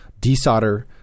desolder